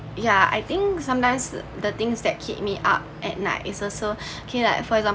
yeah I think sometimes the things that keep me up at night it's also okay lah for example